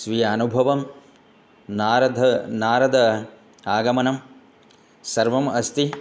स्वीयम् अनुभवं नारदः नारदस्य आगमनं सर्वम् अस्ति